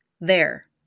There